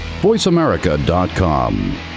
VoiceAmerica.com